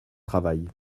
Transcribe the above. travail